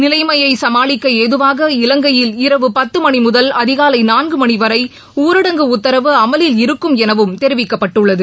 நிலைமையசமாளிக்கஏதுவாக இலங்கையில் இரவு பத்துமணிமுதல் அதிகாலைநான்குமணிவரைஊரடங்கு உத்தரவு அமலில் இருக்கும் எனவும் தெரிவிக்கப்பட்டுள்ளது